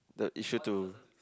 the issue to